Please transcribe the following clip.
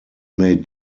made